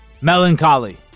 Melancholy